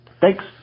Thanks